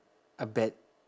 a bad